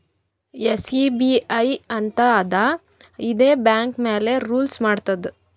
SEBI ಅಂತ್ ಅದಾ ಇದೇ ಬ್ಯಾಂಕ್ ಮ್ಯಾಲ ರೂಲ್ಸ್ ಮಾಡ್ತುದ್